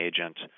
agent